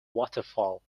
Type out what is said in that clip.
waterfall